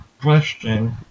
question